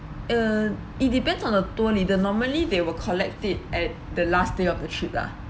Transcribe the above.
uh it depends on the tour leader normally they will collect tips at the last day of the trip lah